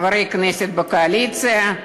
חברי כנסת בקואליציה,